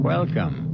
Welcome